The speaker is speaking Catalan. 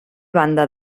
banda